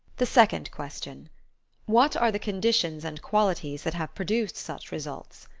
the second question what are the conditions and qualities that have produced such results?